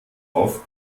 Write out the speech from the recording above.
auf